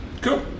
Cool